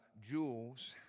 jewels